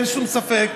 אין שום ספק,